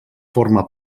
forma